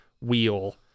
wheel